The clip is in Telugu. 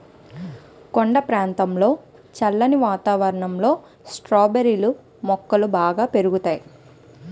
కొండ ప్రాంతంలో చల్లని వాతావరణంలో స్ట్రాబెర్రీ మొక్కలు బాగా పెరుగుతాయి